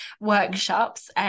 workshops